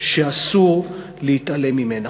שאסור להתעלם ממנה".